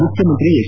ಮುಖ್ಯಮಂತ್ರಿ ಹೆಚ್